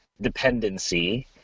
dependency